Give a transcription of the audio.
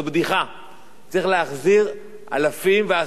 צריך להחזיר אלפים ועשרות אלפי מסתננים.